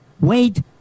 wait